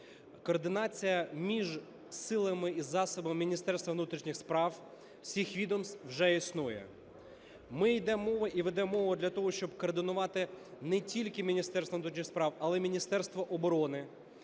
Координація між силами і засобами Міністерства внутрішніх справ, всіх відомств вже існує. Ми ведемо мову для того, щоб координувати не тільки Міністерство внутрішніх справ, але й Міністерство оборони,